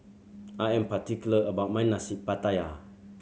I am particular about my Nasi Pattaya